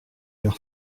leur